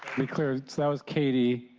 that was katie.